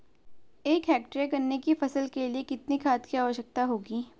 एक हेक्टेयर गन्ने की फसल के लिए कितनी खाद की आवश्यकता होगी?